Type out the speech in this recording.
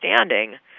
understanding